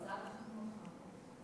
ולא רק לדבר בשפה הרגילה.